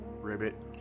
Ribbit